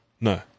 No